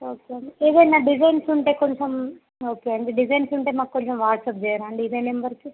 okay అండి ఏదైనా designs ఉంటే కొంచెం ఓకే అండి డిజైన్స్ ఉంటే మాకు కొంచెం వాట్సాప్ చేయరా అండి ఇదే నెంబర్కి